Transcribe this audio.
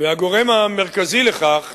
הגורם המרכזי לכך,